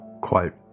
Quote